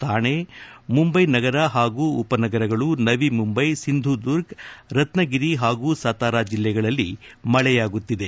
ಥಾಣೆ ಮುಂಟೈ ನಗರ ಪಾಗೂ ಉಪನಗರಗಳು ನವಿ ಮುಂಬೈ ಸಿಂಧುದುರ್ಗ್ ರತ್ನಗಿರಿ ಪಾಗೂ ಸತಾರ ಜಿಲ್ಲೆಗಳಲ್ಲಿ ಮಳೆಯಾಗುತ್ತಿದೆ